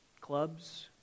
clubs